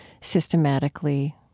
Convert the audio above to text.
systematically